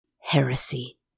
heresy